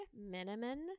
Minimum